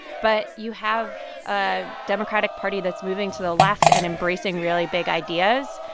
but you have a democratic party that's moving to the left and embracing really big ideas.